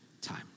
time